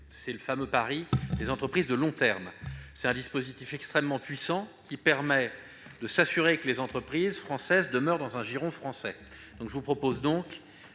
c'est le fameux pari des entreprises de long terme. Ce dispositif extrêmement puissant permet de s'assurer que les entreprises françaises demeurent dans le giron national. Je vous propose un